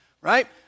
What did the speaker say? Right